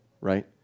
right